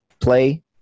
Play